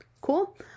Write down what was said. Cool